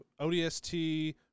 ODST